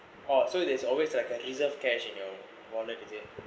orh so there's always like a reserve cash in your wallet is it